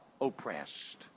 oppressed